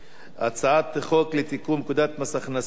הצעת חוק לתיקון פקודת מס הכנסה (מס'